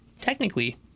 Technically